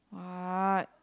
what